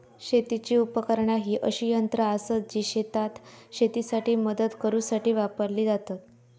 शेतीची उपकरणा ही अशी यंत्रा आसत जी शेतात शेतीसाठी मदत करूसाठी वापरली जातत